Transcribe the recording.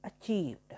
achieved